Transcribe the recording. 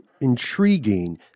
intriguing